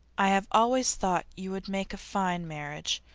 i have always thought you would make a fine marriage,